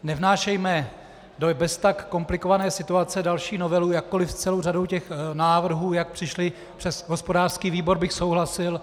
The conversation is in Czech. Nevnášejme do beztak komplikované situace další novelu, jakkoliv s celou řadou návrhů, jak přišly přes hospodářský výbor, bych souhlasil.